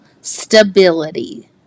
stability